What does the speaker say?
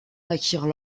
naquirent